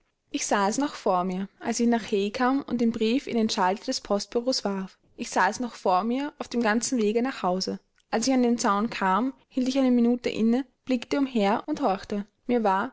ich sah es noch vor mir als ich nach hay kam und den brief in den schalter des postbureaus warf ich sah es noch vor mir auf dem ganzen wege nach hause als ich an den zaun kam hielt ich eine minute inne blickte umher und horchte mir war